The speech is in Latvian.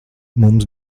mums